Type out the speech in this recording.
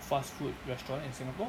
fast food restaurant in singapore